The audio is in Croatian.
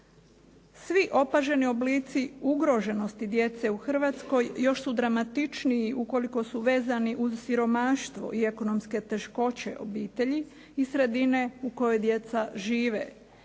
Svi opaženi oblici ugroženosti djece u Hrvatskoj još su dramatičniji ukoliko su vezani uz siromaštvo i ekonomske teškoće obitelji i sredine u kojoj djeca žive.